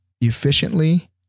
efficiently